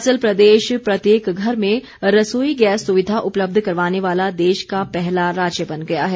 हिमाचल प्रदेश प्रत्येक घर में रसोई गैस सुविधा उपलब्ध करवाने वाला देश का पहला राज्य बन गया है